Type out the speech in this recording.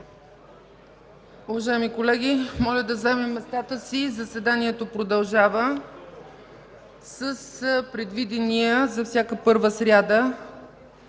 Уважаеми колеги, моля да заемем местата си. Заседанието продължава с предвидения за всяка първа пленарна